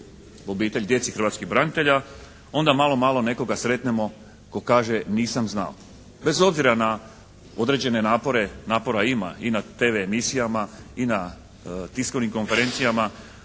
obitelji, djeci hrvatskih branitelja onda malo-malo nekoga sretnemo tko kaže nisam znao. Bez obzira na određene napore, napora ima i na TV emisijama i na tiskovnim konferencijama.